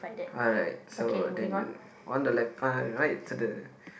alright so then on the left uh right to the